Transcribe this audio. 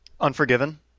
Unforgiven